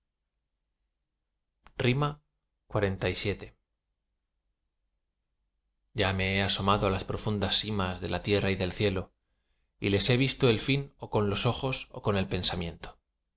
xlvii yo me he asomado á las profundas simas de la tierra y del cielo y les he visto el fin ó con los ojos ó con el pensamiento mas